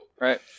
Right